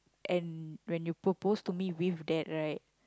and when you propose to me with that right